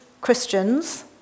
Christians